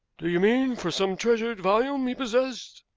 do you mean for some treasured volume he possessed?